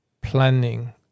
planning